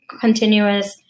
continuous